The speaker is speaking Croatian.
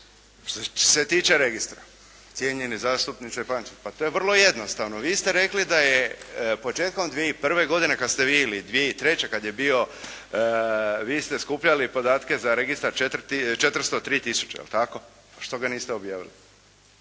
što se tiče registra cijenjeni zastupniče Pančić pa to je vrlo jednostavno. Vi ste rekli da je početkom 2001. godine kad ste vi ili 2003. kad je bio, vi ste skupljali podatke za registar 403 tisuće jel' tako? Što ga niste objavili?